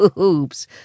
Oops